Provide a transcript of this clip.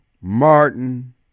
Martin